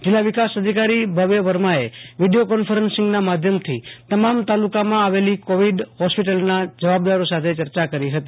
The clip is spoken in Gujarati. જીલ્લા વિકાસ અધિકારી ભવ્ય વર્માએ વિડીયો કોન્ફરન્સીંગના માધ્યમથી તમામ તાલુકામાં આવેલી કોવિડ હોસ્પિટલના જવાબદારો સાથે ચર્ચા કરી હતી